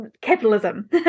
capitalism